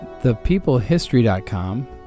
ThePeopleHistory.com